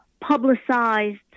publicized